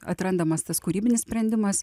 atrandamas tas kūrybinis sprendimas